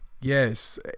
Yes